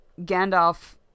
Gandalf